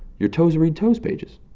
your toes read toes pages.